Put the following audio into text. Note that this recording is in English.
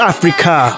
Africa